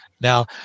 Now